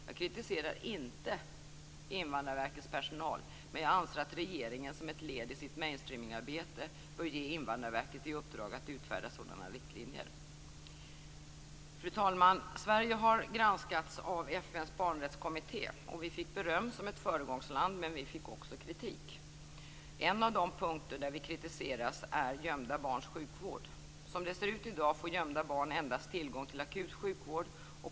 Jag kritiserar inte Invandrarverkets personal men jag anser att regeringen som ett led i sitt mainstreaming-arbete bör ge Invandrarverket i uppdrag att utfärda sådana riktlinjer. Fru talman! Sverige har granskats av FN:s barnrättskommitté. Vi fick beröm som ett föregångsland men vi fick också kritik. En av de punkter där vi kritiseras gäller gömda barns sjukvård. Som det ser ut i dag får gömda barn endast tillgång till akut sjukvård.